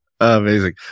amazing